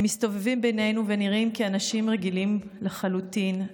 הם מסתובבים בינינו ונראים אנשים רגילים לחלוטין,